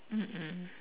mm mm